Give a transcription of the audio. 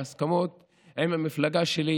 בהסכמות עם המפלגה שלי,